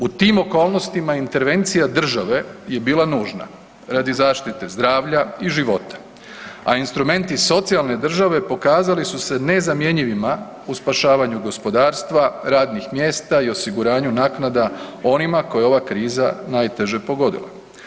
U tim okolnostima intervencija države je bila nužna radi zaštite zdravlja i života, a instrumenti socijalne države pokazali su se nezamjenjivima u spašavanju gospodarstva, radnih mjesta i osiguranju naknada onima koje je ova kriza najteže pogodila.